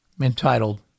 entitled